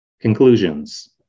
Conclusions